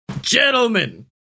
Gentlemen